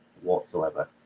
whatsoever